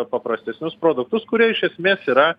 paprastesnius produktus kurie iš esmės yra